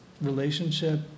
relationship